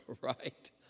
right